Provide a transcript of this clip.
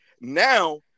now